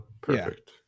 Perfect